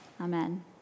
Amen